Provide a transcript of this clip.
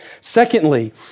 Secondly